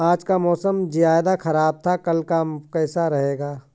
आज का मौसम ज्यादा ख़राब था कल का कैसा रहेगा?